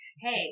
Hey